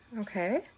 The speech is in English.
okay